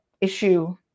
issue